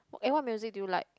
eh what music do you like